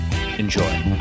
Enjoy